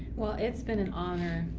well, it's been an honor.